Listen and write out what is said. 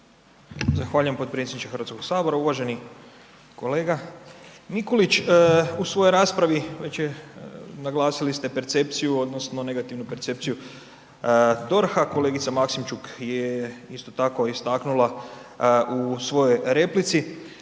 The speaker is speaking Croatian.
Zahvaljujem potpredsjedniče HS-a. Uvaženi kolega Mikulić. U svojoj raspravi već je naglasili ste percepciju, odnosno negativnu percepciju DORH-a, kolegica Maksimčuk je isto tako istaknula u svojoj replici